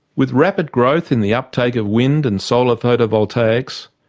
with rapid growth in the uptake of wind and solar photovoltaics,